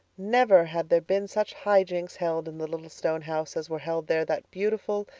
never had there been such high jinks held in the little stone house as were held there that beautiful,